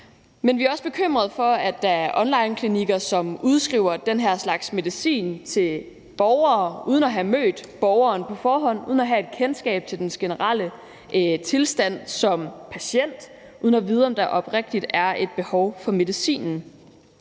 Men vi er også bekymrede for, at der er onlineklinikker, som udskriver den her slags medicin til borgere uden at have mødt borgeren på forhånd og uden at have et kendskab til borgerens generelle tilstand som patient og uden at vide, om der oprigtigt er et behov for medicinen.